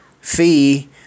fee